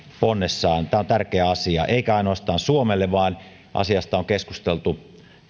ponnessaan tämä on tärkeä asia eikä ainoastaan suomelle vaan asiasta on keskusteltu